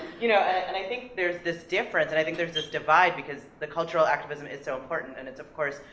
you know, and i think there's this difference, and i think there's this divide, because the cultural activism is so important, and it's, of course,